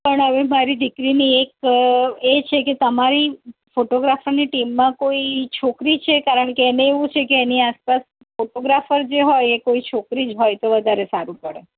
પણ હવે મારી દીકરીની એક એ છે કે તમારી ફોટોગ્રાફીની ટીમમાં કોઈ છોકરી છે કારણ કે એને એવું છેકે એની આસપાસ ફોટોગ્રાફર જે હોય એ કોઈ છોકરી જ હોય તો વધારે સારું પડે